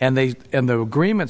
and they in the agreement